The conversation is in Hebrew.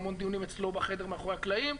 המון דיונים אצלו בחדר מאחורי הקלעים,